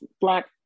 Black